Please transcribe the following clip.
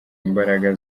imbaraga